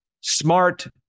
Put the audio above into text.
smart